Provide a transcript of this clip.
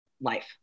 life